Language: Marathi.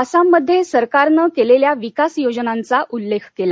आसाममध्येसरकारनं केलेल्या विकास योजनांचा उल्लेख केला